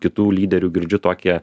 kitų lyderių girdžiu tokią